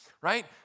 right